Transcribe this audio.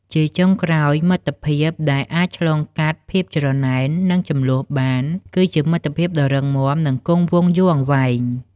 ជាចុងក្រោយ មិត្តភាពដែលអាចឆ្លងកាត់ភាពច្រណែន និងជម្លោះបាន គឺជាមិត្តភាពដ៏រឹងមាំ និងគង់វង្សយូរអង្វែង។